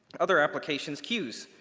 other applications queues,